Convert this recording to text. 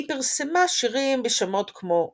היא פרסמה שירים בשמות כמו 'לנין'